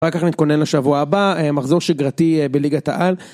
רק ככה נתכונן לשבוע הבא, מחזור שגרתי בליגת העל.